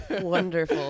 Wonderful